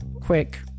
quick